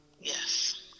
Yes